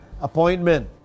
appointment